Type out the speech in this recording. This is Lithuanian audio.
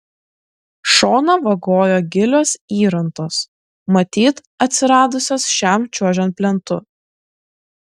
šoną vagojo gilios įrantos matyt atsiradusios šiam čiuožiant plentu